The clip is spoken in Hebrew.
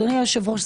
אדוני היושב-ראש,